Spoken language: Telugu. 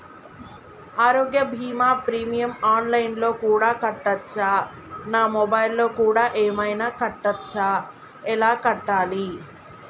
ఆరోగ్య బీమా ప్రీమియం ఆన్ లైన్ లో కూడా కట్టచ్చా? నా మొబైల్లో కూడా ఏమైనా కట్టొచ్చా? ఎలా కట్టాలి?